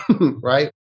right